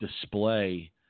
display